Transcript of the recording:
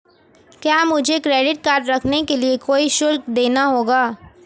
क्या मुझे credit card रखने के लिए कोई शुल्क देना होगा?